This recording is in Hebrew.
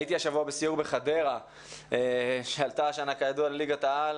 הייתי השבוע בסיור בחדרה, שעלתה השנה לליגת העל.